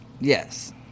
Yes